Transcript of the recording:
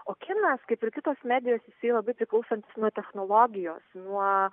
o kinas kaip ir kitos medijos jisai labai priklausantis nuo technologijos nuo